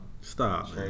Stop